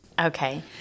Okay